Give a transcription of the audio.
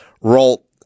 roll